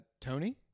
Tony